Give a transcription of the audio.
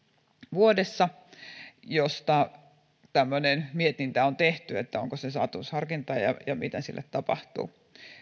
vuodessa joista tämmöinen mietintä on tehty onko siinä saatavuusharkintaa ja ja mitä sille tapahtuu